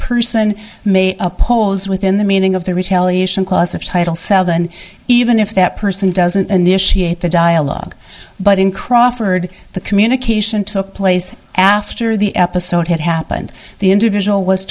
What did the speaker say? person may oppose within the meaning of the retaliation clause of title seven even if that person doesn't initiate the dialogue but in crawford the communication took place after the episode had happened the individual was